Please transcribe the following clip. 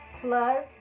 plus